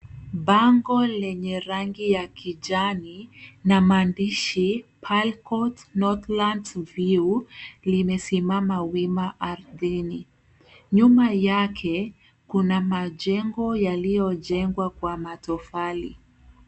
Bango lenye rangi ya kijani na maandishi pearl northlands view limesimama wima ardhini. Nyuma yake kuna majengo yaliyojengwa kwa matofali.